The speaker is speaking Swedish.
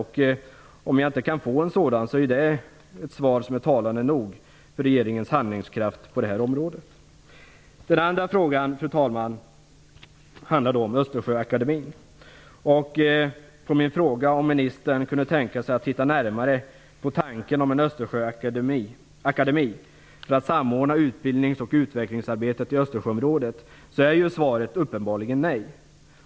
Om jag inte kan få en sådan är det ett svar som är talande nog för regerings handlingskraft på det här området. Fru talman! Den andra frågan handlar om Östersjöakademin. På min fråga om ministern kunde tänka sig att titta närmare på tanken om en Östersjöakademi för att samordna utbildnings och utvecklingsarbetet i Östersjöområdet är svaret uppenbarligen nej.